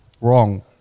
wrong